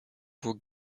vos